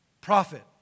prophet